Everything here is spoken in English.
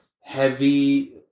heavy